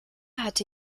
hatte